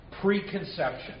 preconception